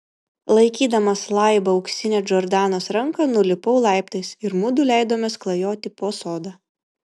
laikydamas laibą auksinę džordanos ranką nulipau laiptais ir mudu leidomės klajoti po sodą